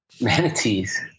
Manatees